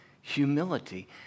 humility